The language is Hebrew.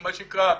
מה שנקרא,